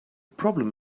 problem